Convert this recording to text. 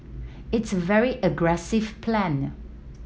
it's a very aggressive plan